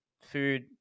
food